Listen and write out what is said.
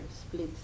splits